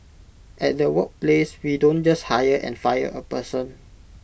at the workplace we don't just hire and fire A person